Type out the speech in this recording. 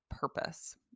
purpose